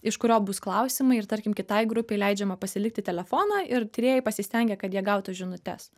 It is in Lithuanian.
iš kurio bus klausimai ir tarkim kitai grupei leidžiama pasilikti telefoną ir tyrėjai pasistengia kad jie gautų žinutes